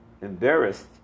embarrassed